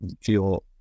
feel